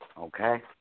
Okay